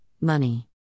money